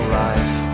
life